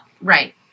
Right